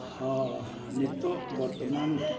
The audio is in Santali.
ᱦᱚᱸ ᱱᱤᱛᱚᱜ ᱵᱚᱨᱛᱚᱢᱟᱱ